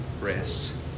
rest